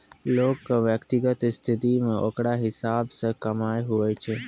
लोग के व्यक्तिगत स्थिति मे ओकरा हिसाब से कमाय हुवै छै